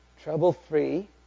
trouble-free